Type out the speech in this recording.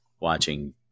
watching